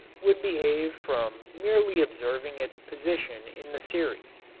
would behave from merely observing its position in the series.